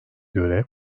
göre